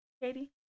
katie